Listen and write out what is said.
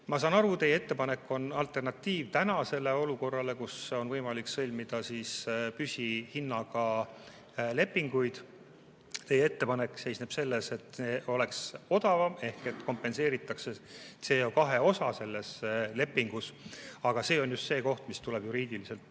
Ma saan aru, et teie ettepanek on alternatiiv tänasele olukorrale, kus on võimalik sõlmida püsihinnaga lepinguid. Teie ettepanek seisneb selles, et oleks odavam ehk kompenseeritakse CO2osa selles lepingus. Aga see on just see koht, mis tuleb juriidiliselt